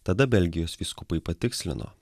tada belgijos vyskupai patikslino